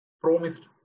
promised